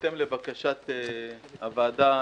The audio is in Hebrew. בהתאם לבקשת הוועדה,